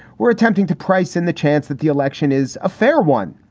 we're attempting to price in the chance that the election is a fair one.